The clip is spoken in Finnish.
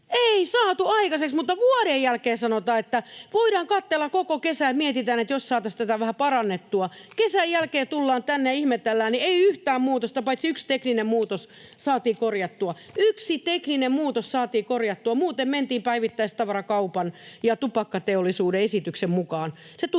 Ei saatu aikaiseksi, mutta vuoden jälkeen sanotaan, että voidaan kattella koko kesä ja miettiä, jos saataisiin tätä vähän parannettua. Kun kesän jälkeen tullaan tänne ja ihmetellään, niin ei yhtään muutosta, paitsi yksi tekninen muutos saatiin korjattua. Yksi tekninen muutos saatiin korjattua, ja muuten mentiin päivittäistavarakaupan ja tupakkateollisuuden esityksen mukaan.